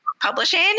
publishing